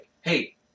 hey